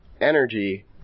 energy